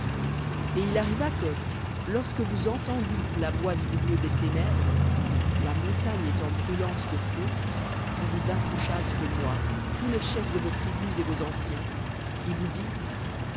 et il arriva que lorsque vous entendîtes la voix du milieu des ténèbres la montagne étant brûlante de feu vous vous approchâtes de moi tous les chefs de vos tribus et vos anciens et vous dîtes